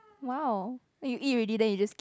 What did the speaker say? !wow! then you eat already then you just k~